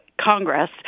Congress